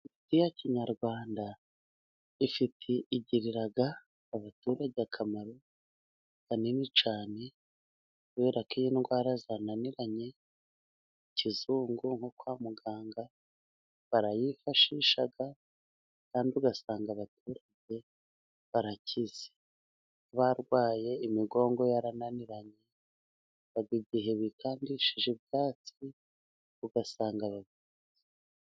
Imiti ya kinyarwanda igirira abaturage akamaro kanini cyane, kubera ko iyo indwara zananiranye mu kizungu nko kwa muganga, barayifashisha kandi ugasanga abaturage barakize, barwaye imigongo yarananiranye haba igihe bikandishije ubwatsi ugasanga ba....